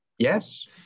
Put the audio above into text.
Yes